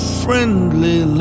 friendly